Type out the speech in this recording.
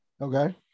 Okay